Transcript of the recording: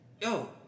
yo